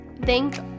thank